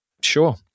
sure